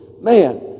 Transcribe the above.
Man